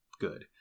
Good